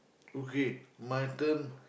okay my turn